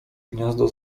gniazdo